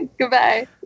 Goodbye